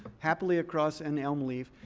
happily across an elm leaf.